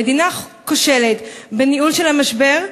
המדינה כושלת בניהול המשבר,